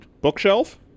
Bookshelf